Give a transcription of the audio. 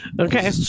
okay